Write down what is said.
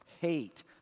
hate